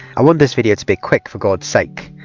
i want this video to be quick, for god's sake!